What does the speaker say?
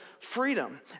Freedom